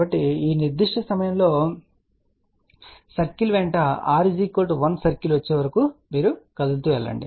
కాబట్టి ఈ నిర్దిష్ట సమయంలో ఈ సర్కిల్ వెంట r 1 సర్కిల్ వచ్చేవరకు కదులుతూ ఉంటారు